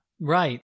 Right